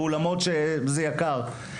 ואולמות שזה יקר.